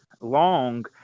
long